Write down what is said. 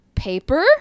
Paper